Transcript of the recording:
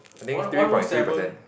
I think three point three percent